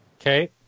Okay